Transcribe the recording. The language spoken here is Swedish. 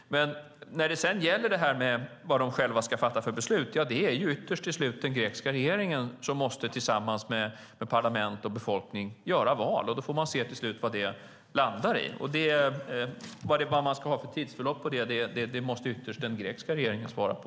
När det gäller vad de själva ska fatta för beslut är det ytterst den grekiska regeringen som tillsammans med parlament och befolkning måste göra val, och då får man se vad det till slut landar i. Vad det handlar om för tidsförlopp måste ytterst den grekiska regeringen svara på.